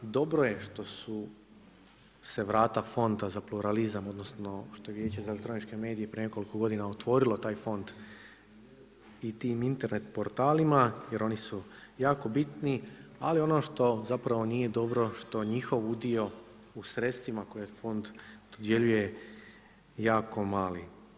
Dobro je što su se vrata Fonda za pluralizam odnosno što je Vijeće za elektroničke medije prije nekoliko godina otvorilo taj fond i tim Internet portalima jer oni su jako bitni, ali ono što nije dobro što njihov udio u sredstvima koje fond dodjeljuje jako mali.